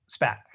SPAC